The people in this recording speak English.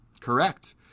Correct